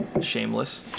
Shameless